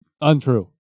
untrue